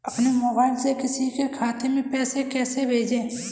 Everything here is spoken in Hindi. अपने मोबाइल से किसी के खाते में पैसे कैसे भेजें?